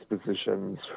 positions